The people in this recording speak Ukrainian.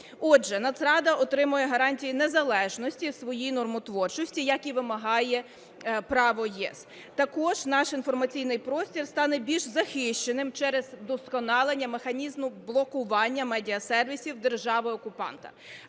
Отже, Нацрада отримує гарантії незалежності у своїй нормотворчості, як і вимагає право ЄС. Також наш інформаційний простір стане більш захищеним через вдосконалення механізму блокування медіасервісів держави-окупанта.